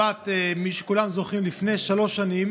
כולם זוכרים שלפני שלוש שנים